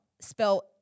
spell